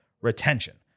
retention